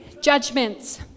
judgments